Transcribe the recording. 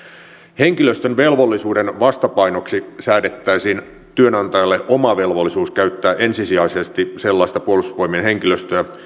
henkilöstön velvollisuuden vastapainoksi säädettäisiin työnantajalle oma velvollisuus käyttää ensisijaisesti sellaista puolustusvoimien henkilöstöä